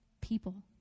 people